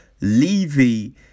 Levy